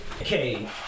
Okay